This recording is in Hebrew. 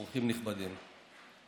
אורחים נכבדים.